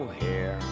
hair